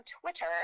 Twitter